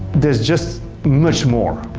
there's just much more.